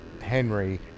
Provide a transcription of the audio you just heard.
Henry